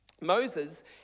Moses